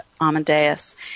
Amadeus